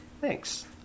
Thanks